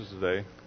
today